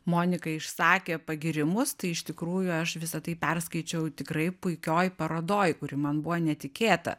monika išsakė pagyrimus tai iš tikrųjų aš visa tai perskaičiau tikrai puikioj parodoj kuri man buvo netikėta